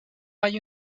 hay